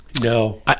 No